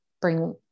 bring